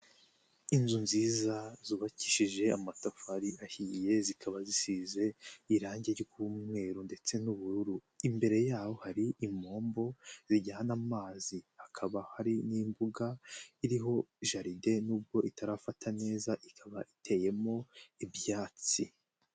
Inzu nziza zubakishije amatafari ahiye zikaba zisize irangi ry'umweru ndetse n'ubururu, imbere yaho hari impombo zijyana amazi, hakaba hari n'imbuga iriho jaride n'ubwo itarafata neza ikaba iteyemo ibyatsi.